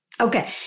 Okay